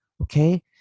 Okay